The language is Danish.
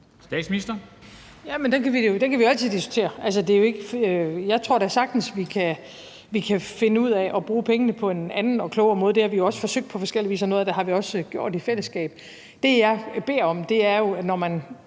Frederiksen): Jamen den kan vi jo altid diskutere. Altså, jeg tror da sagtens vi kan finde ud af at bruge pengene på en anden og klogere måde. Det har vi jo også forsøgt på forskellig vis, og noget af det har vi også gjort i fællesskab. Jeg synes jo faktisk, at det er